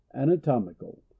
anatomical